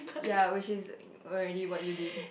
ya which is already what you did